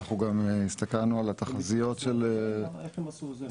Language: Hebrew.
איך הם עשו את זה?